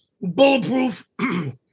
Bulletproof